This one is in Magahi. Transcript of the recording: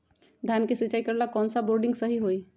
धान के सिचाई करे ला कौन सा बोर्डिंग सही होई?